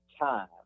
time